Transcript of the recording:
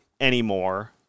anymore